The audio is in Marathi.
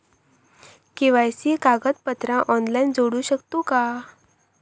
के.वाय.सी कागदपत्रा ऑनलाइन जोडू शकतू का?